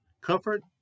comfort